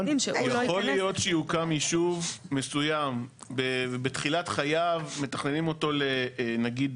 יכול להיות שיוקם יישוב מסוים בתחילת חייו שמתכננים אותו נגיד